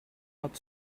but